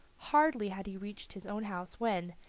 hardly had he reached his own house when,